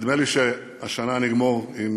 נדמה לי שהשנה נגמור עם